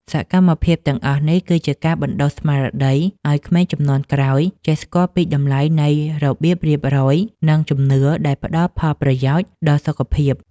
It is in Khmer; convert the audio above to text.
សកម្មភាពទាំងអស់នេះ គឺជាការបណ្តុះស្មារតីឱ្យក្មេងជំនាន់ក្រោយចេះស្គាល់ពីតម្លៃនៃរបៀបរៀបរយ និងជំនឿដែលផ្តល់ផលប្រយោជន៍ដល់សុខភាព។